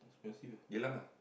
expensive eh Geylang ah